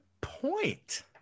point